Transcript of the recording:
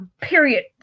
period